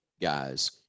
guys